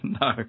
No